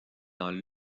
dans